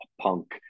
punk